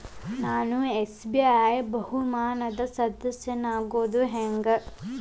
ನಾನು ಎಸ್.ಬಿ.ಐ ಬಹುಮಾನದ್ ಸದಸ್ಯನಾಗೋದ್ ಹೆಂಗ?